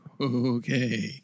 okay